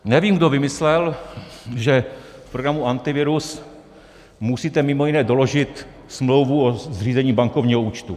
Nevím, kdo vymyslel, že v programu Antivirus musíte mimo jiné doložit smlouvu o zřízení bankovního účtu.